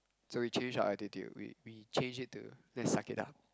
so we change our attitude we we change it to just suck it up